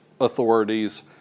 authorities